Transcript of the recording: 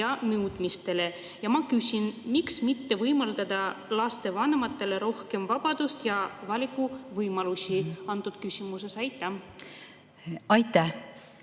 ja nõudmistele. Ja ma küsin: miks mitte võimaldada lastevanematele rohkem vabadust ja valikuvõimalusi selles küsimuses? Aitäh! Ma